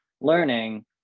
learning